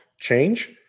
change